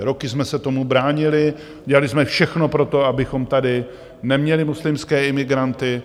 Roky jsme se tomu bránili, dělali jsme všechno pro to, abychom tady neměli muslimské imigranty.